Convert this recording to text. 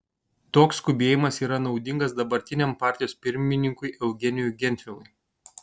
toks skubėjimas yra naudingas dabartiniam partijos pirmininkui eugenijui gentvilui